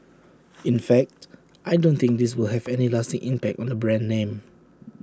in fact I don't think this will have any lasting impact on the brand name